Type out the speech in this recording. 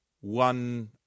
one